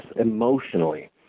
emotionally